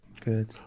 Good